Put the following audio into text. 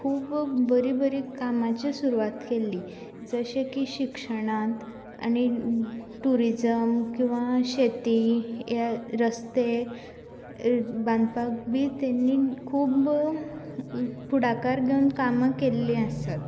खूब बरीं बरीं कामांची सुरवात केल्ली जशें की शिक्षणांत आणी ट्युरीजम किंवा शेती हे रस्ते बांदपाक बी तेंणी खूब फुडाकार घेवन कामां केल्लीं आसात